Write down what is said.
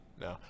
No